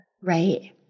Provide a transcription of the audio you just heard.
Right